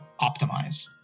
optimize